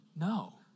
no